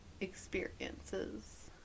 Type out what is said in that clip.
experiences